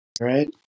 right